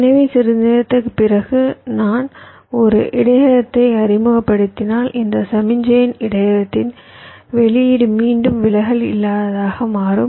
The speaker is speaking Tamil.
எனவே சிறிது நேரத்திற்குப் பிறகு நான் ஒரு இடையகத்தை அறிமுகப்படுத்தினால் இந்த சமிக்ஞையின் இடையகத்தின் வெளியீடு மீண்டும் விலகல் இல்லாததாக மாறும்